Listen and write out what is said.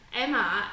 Emma